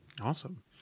awesome